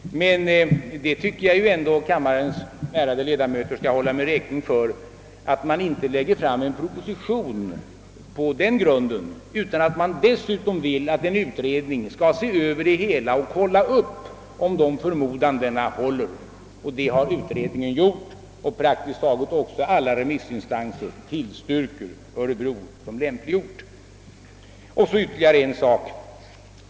Men jag tycker att kammarens ärade ledamöter skall hålla mig räkning för att jag ändå inte lade fram en proposition på den grunden utan dessutom ville att en utredning skulle se över det hela och kontrollera om förmodandena höll. Det har utredningen ansett att de gör, och praktiskt taget alla remissinstanser tillstyrker Örebro som lokaliseringsort.